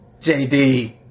JD